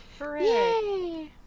Yay